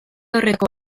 horretako